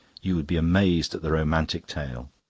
you would be amazed at the romantic tale.